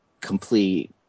complete